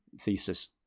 thesis